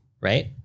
Right